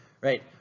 right